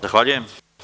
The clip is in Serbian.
Zahvaljujem.